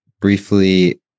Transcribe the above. briefly